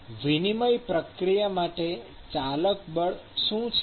વિનિમય પ્રક્રિયા માટે ચાલક બળ શું છે